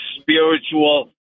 spiritual